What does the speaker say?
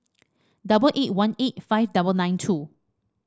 double eight one eight five double nine two